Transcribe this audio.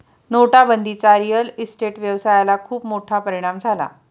नोटाबंदीचा real estate व्यवसायाला खूप मोठा परिणाम झाला